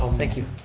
thank you.